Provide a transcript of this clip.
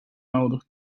nodig